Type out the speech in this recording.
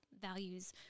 values